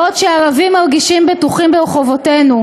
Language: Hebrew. בעוד שערבים מרגישים בטוחים ברחובותינו?'